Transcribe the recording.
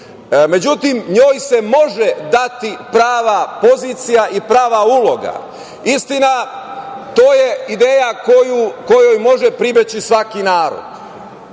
Međutim, njoj se može dati prava pozicija i prava uloga. Istina, to je ideja kojoj može pribeći svaki narod,